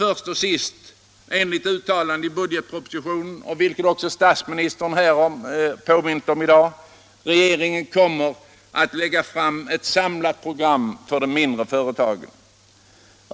Först som sist kommer också regeringen enligt budgetpropositionen, vilket statsministern också påmint om i dag, att lägga fram ett samlat program för de mindre företagen.